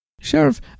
Sheriff